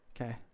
Okay